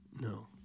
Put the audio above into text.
No